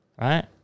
right